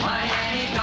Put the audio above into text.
Miami